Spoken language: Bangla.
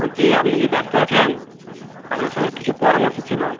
বলছি যে আপনি কি ব্যস্ত আছেন আপনার সাথে কিছু পরামর্শ ছিল